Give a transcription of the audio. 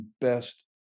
best